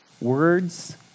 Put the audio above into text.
Words